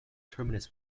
terminus